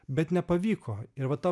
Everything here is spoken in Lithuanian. bet nepavyko ir va ta